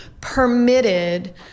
permitted